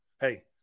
Hey